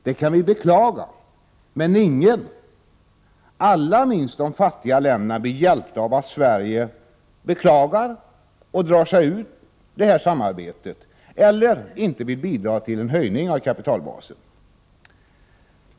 Det kan vi beklaga men ingen, allra minst de fattiga länderna, blir hjälpta av att Sverige beklagar och drar sig ur detta samarbete eller inte vill bidra till en höjning av kapitalbasen.